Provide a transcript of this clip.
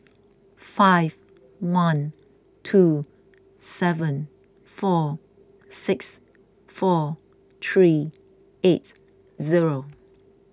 five one two seven four six four three eight zero